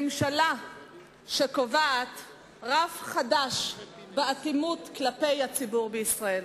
ממשלה שקובעת רף חדש של אטימות כלפי הציבור בישראל.